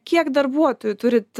kiek darbuotojų turit